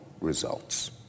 results